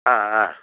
ಹಾಂ ಹಾಂ